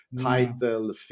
title